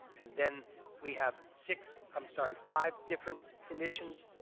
and then we have six i'm sorry five different conditions.